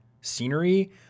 scenery